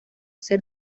ser